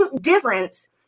difference